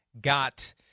got